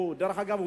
דרך אגב,